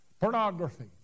pornography